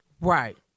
Right